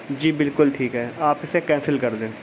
جی بالکل ٹھیک ہے آپ اسے کینسل کر دیں